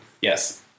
Yes